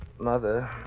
mother